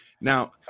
Now